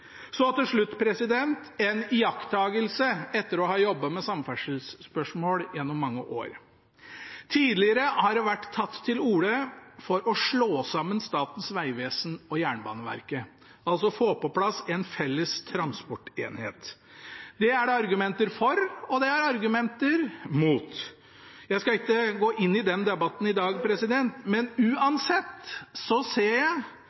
Så til slutt en iakttagelse etter å ha jobbet med samferdselsspørsmål gjennom mange år: Tidligere har det vært tatt til orde for å slå sammen Statens vegvesen og Jernbaneverket, altså å få på plass en felles transportenhet. Det er det argumenter for, og det er det argumenter mot. Jeg skal ikke gå inn i den debatten i dag, men uansett så ser jeg